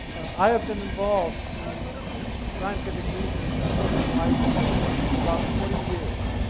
i have been involved in scientific research on the juno ice field for about forty years,